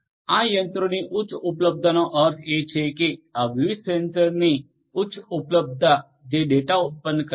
આ યંત્રોની ઉચ્ચ ઉપલબ્ધતાનો અર્થ એ છે કે આ વિવિધ સેન્સરની ઉચી ઉપલબ્ધતા જે ડેટા ઉત્પન્ન કરે છે